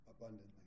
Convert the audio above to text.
abundantly